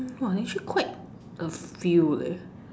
!wah! actually quite a few leh